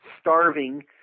starving